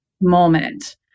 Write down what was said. moment